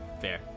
Fair